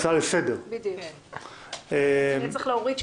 הצעה לסדר, זה לא כהצעה --- הצעה רגילה